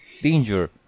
danger